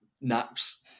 naps